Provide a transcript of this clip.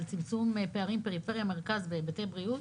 בצמצום פערים פריפריה מרכז בהיבטי בריאות